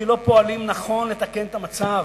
כי לא פועלים נכון לתקן את המצב.